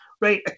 right